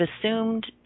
assumed